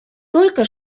только